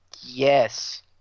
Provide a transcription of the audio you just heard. Yes